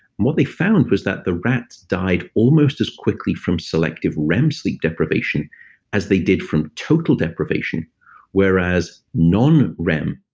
what they found was that the rats died almost as quickly from selective rem sleep deprivation as they did from total deprivation whereas non-rem deprivation,